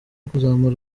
kuzamura